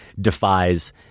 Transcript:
defies